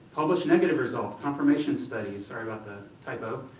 publish negative results, confirmation studies, sorry about the typo.